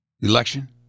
election